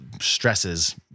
stresses